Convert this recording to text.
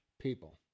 people